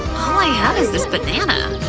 all i have is this banana!